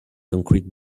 concrete